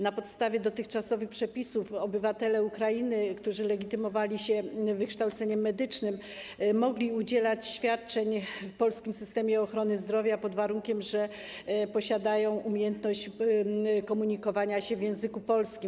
Na podstawie dotychczasowych przepisów obywatele Ukrainy, którzy legitymowali się wykształceniem medycznym, mogli udzielać świadczeń w polskim systemie ochrony zdrowia, pod warunkiem że posiadali umiejętność komunikowania się w języku polskim.